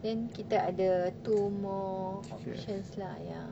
then kita ada two more options lah ya